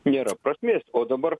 nėra prasmės o dabar